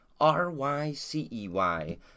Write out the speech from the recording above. R-Y-C-E-Y